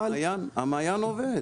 אבל --- המעיין עובד.